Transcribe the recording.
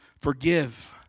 forgive